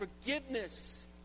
Forgiveness